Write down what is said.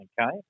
Okay